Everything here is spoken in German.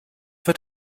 wird